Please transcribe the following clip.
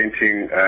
painting